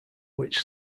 which